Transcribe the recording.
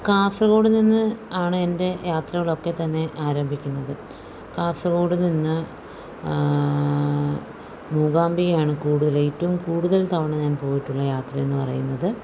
കാസർഗോഡ് നിന്ന് ആണ് എൻ്റെ യാത്രകളൊക്കെത്തന്നെ ആരംഭിക്കുന്നത് കാസർഗോഡ് നിന്ന് മൂകാംബികയാണ് കൂടുതൽ ഏറ്റവും കൂടുതൽ തവണ ഞാൻ പോയിട്ടുള്ള യാത്ര എന്നു പറയുന്നത്